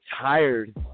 tired